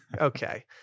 okay